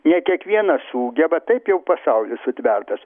ne kiekvienas sugeba taip jau pasaulis sutvertas